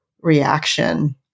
reaction